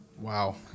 Wow